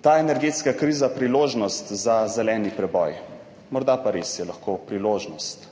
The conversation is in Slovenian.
ta energetska kriza priložnost za zeleni preboj. Morda pa je res lahko priložnost.